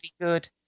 good